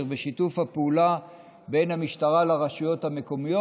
ושיתוף הפעולה בין המשטרה לרשויות המקומיות.